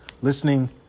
listening